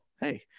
Hey